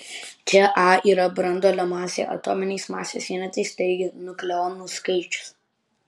čia a yra branduolio masė atominiais masės vienetais taigi nukleonų skaičius